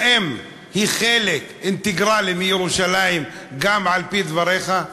האם הוא חלק אינטגרלי של ירושלים, גם על-פי דבריך?